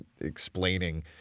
explaining